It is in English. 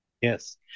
Yes